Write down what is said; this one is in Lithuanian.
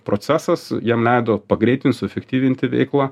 procesas jam leido pagreitint suefektyvinti veiklą